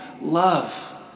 love